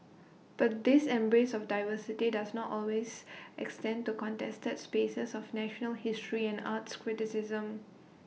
but this embrace of diversity does not always extend to contested spaces of national history and arts criticism